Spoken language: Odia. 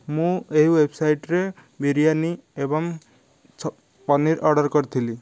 ମୁଁ ଏହି ୱେବସାଇଟ୍ରେ ବିରିୟାନି ଏଵଂ ପନିର ଅର୍ଡ଼ର କରିଥିଲି